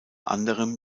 anderem